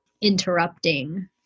interrupting